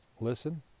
listen